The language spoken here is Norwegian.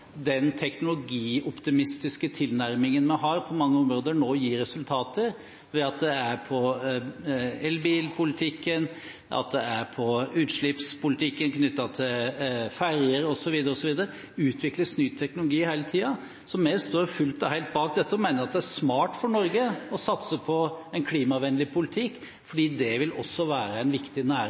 den teknologioptimistiske tilnærmingen vi har på mange områder, nå gir resultater; elbilpolitikken, utslippspolitikken knyttet til ferger osv. Ny teknologi utvikles hele tiden. Vi står fullt og helt bak dette og mener det er smart for Norge å satse på en klimavennlig politikk, for det vil også være en viktig næring